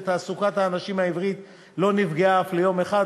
ותעסוקת האנשים העיוורים לא נפגעה אף ליום אחד,